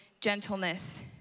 gentleness